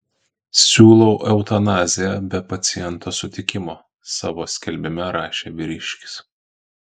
siūlau eutanaziją be paciento sutikimo savo skelbime rašė vyriškis